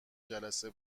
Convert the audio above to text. جلسه